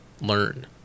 learn